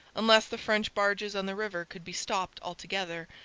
unless the french barges on the river could be stopped altogether,